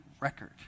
record